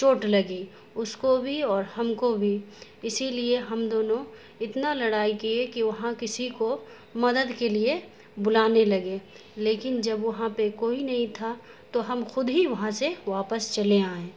چوٹ لگی اس کو بھی اور ہم کو بھی اسی لیے ہم دونوں اتنا لڑائی کیے کہ وہاں کسی کو مدد کے لیے بلانے لگے لیکن جب وہاں پہ کوئی نہیں تھا تو ہم خود ہی وہاں سے واپس چلے آئیں